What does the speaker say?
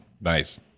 nice